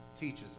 teaches